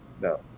No